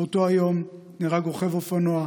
באותו היום נהרג רוכב אופנוע,